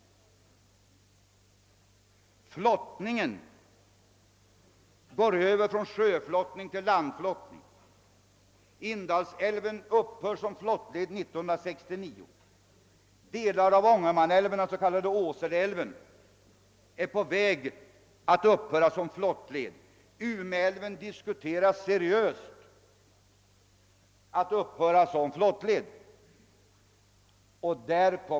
Eller se på timmertransporterna. Där har man alltmera gått över från flottning till landtransporter. Indalsälven upphör som flottled 1969 och delar av Ångermanälven — den s.k. Åseleälven — är på väg att upphöra som flottled. Man diskuterar också seriöst att upphöra med flottningen på Umeälven.